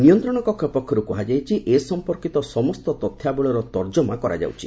ନିୟନ୍ତ୍ରଣକକ୍ଷ ପକ୍ଷରୁ କୁହାଯାଇଛି ଏ ସଂପର୍କିତ ସମସ୍ତ ତଥ୍ୟାବଳୀର ତର୍ଜମା କରାଯାଉଛି